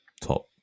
top